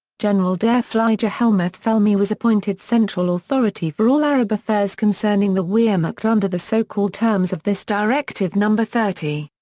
general der flieger hellmuth felmy was appointed central authority for all arab affairs concerning the wehrmacht under the so-called terms of this directive no. thirty.